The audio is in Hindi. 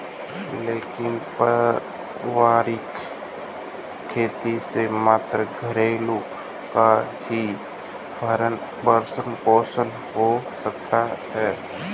लेकिन पारिवारिक खेती से मात्र घरवालों का ही भरण पोषण हो सकता है